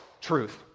Truth